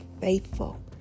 faithful